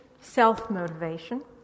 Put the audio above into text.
self-motivation